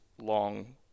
long